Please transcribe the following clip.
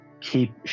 keep